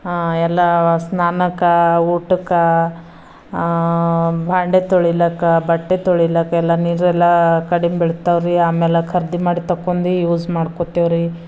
ಎಲ್ಲ ಸ್ನಾನಕ್ಕೆ ಊಟಕ್ಕೆ ಭಾಂಡಿ ತೊಳಿಲಕ್ಕ ಬಟ್ಟೆ ತೊಳಿಲಕ್ಕ ಎಲ್ಲ ನೀರೆಲ್ಲ ಕಡ್ಮೆ ಬೀಳ್ತವ್ರಿ ಆಮೇಲೆ ಖರೀದಿ ಮಾಡಿ ತಕೊಂಡು ಯೂಸ್ ಮಾಡ್ಕೊತ್ತೇವ್ರಿ